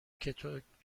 کتاب